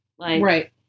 Right